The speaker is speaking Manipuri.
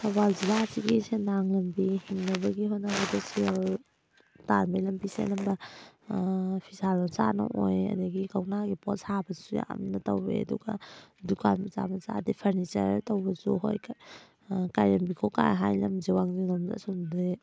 ꯊꯧꯕꯥꯜ ꯖꯤꯜꯂꯥꯁꯤꯒꯤ ꯁꯦꯟꯗꯥꯟ ꯂꯝꯕꯤ ꯍꯤꯡꯅꯕꯒꯤ ꯍꯣꯠꯅꯕꯗ ꯁꯦꯜ ꯇꯥꯟꯕꯩ ꯂꯝꯕꯤꯁꯦ ꯑꯗꯨꯝꯕ ꯐꯤꯁꯥ ꯂꯣꯟꯁꯥꯅ ꯑꯣꯏ ꯑꯗꯒꯤ ꯀꯧꯅꯥꯒꯤ ꯄꯣꯠ ꯁꯥꯕꯁꯤꯁꯨ ꯌꯥꯝꯅ ꯇꯧꯋꯦ ꯑꯗꯨꯒ ꯗꯨꯀꯥꯟ ꯃꯆꯥ ꯃꯆꯥ ꯑꯗꯩ ꯐꯔꯅꯤꯆꯔ ꯇꯧꯕꯁꯨ ꯍꯣꯏ ꯀꯥꯏꯔꯦꯟꯕꯤꯈꯣꯛꯀ ꯍꯥꯏꯔꯤ ꯂꯝꯁꯦ ꯋꯥꯡꯖꯤꯡ ꯂꯣꯝꯗ ꯑꯁꯣꯝꯗꯗꯤ